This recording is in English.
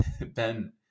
Ben